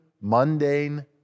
mundane